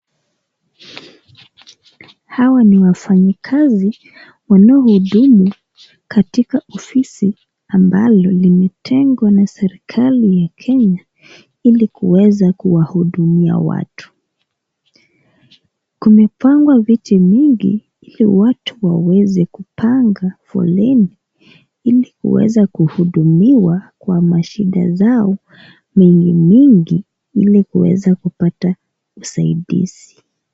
Hawa ni wafanyikazi wanao hudumu katika ofisi ambalo limetengwa na serikali ya Kenya ili kuweza kuwahudumia watu. Kumepangwa viti mingi ili watu waweze kupanga foleni ili kuweza kuhudumiwa kwa mashida zao mingi mingi ili kuweza kupata usaidizi.